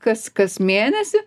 kas kas mėnesį